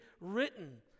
written